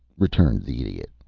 returned the idiot,